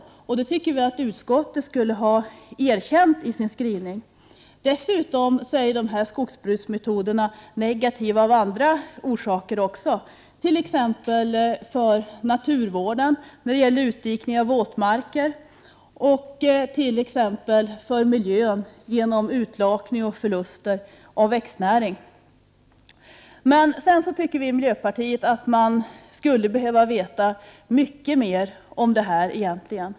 Vi i miljöpartiet tycker att utskottet skulle ha erkänt detta i sin skrivning. Dessa skogsbruksmetoder är dessutom negativa av andra orsaker, exempelvis för naturvården när det gäller utdikning av våtmarker och för miljön genom urlakning och förluster av växtnäring. Miljöpartiet anser att vi egentligen skulle behöva veta mycket mer om detta.